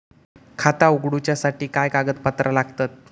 खाता उगडूच्यासाठी काय कागदपत्रा लागतत?